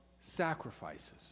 sacrifices